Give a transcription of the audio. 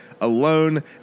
alone